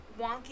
wonky